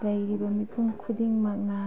ꯂꯩꯔꯤꯕ ꯃꯤꯄꯨꯝ ꯈꯨꯗꯤꯡꯃꯛꯅ